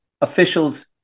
officials